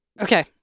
Okay